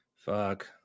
Fuck